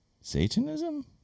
Satanism